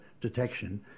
detection